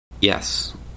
Yes